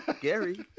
Gary